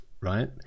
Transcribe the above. right